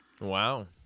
Wow